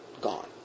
Gone